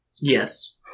Yes